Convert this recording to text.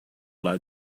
lado